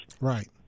Right